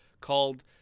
called